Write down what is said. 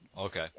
Okay